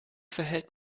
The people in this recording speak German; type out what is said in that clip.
verhält